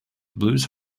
blues